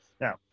Now